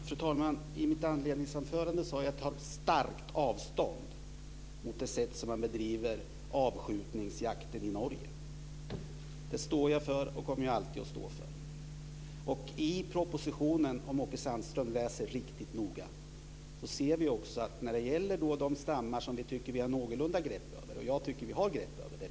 Fru talman! I mitt inledningsanförande sade jag att jag tar starkt avstånd från det sätt på vilket man bedriver avskjutningsjakt i Norge. Det står jag för, och det kommer jag alltid att stå för. Om Åke Sandström läser riktigt noga ser han vad som står i propositionen om de stammar som jag tycker att vi har någorlunda grepp om. Det är björn, och det är lo.